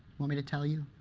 want me to tell you?